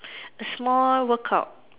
a small workout